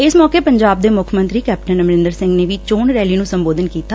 ਇਸ ਮੌਕੇ ਪੰਜਾਬ ਦੇ ਮੁੱਖ ਮੰਤਰੀ ਕੈਪਟਨ ਅਮਰੰਦਰ ਸਿੰਘ ਨੇ ਵੀ ਚੋਣ ਰੈਲੀ ਨੂੰ ਸੰਬੋਧਨ ਕੀਤਾ